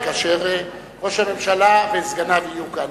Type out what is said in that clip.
כאשר ראש הממשלה וסגניו יהיו כאן,